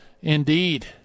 Indeed